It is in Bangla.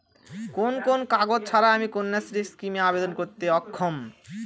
কোন কোন কাগজ ছাড়া আমি কন্যাশ্রী স্কিমে আবেদন করতে অক্ষম?